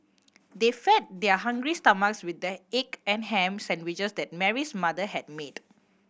they fed their hungry stomachs with the egg and ham sandwiches that Mary's mother had made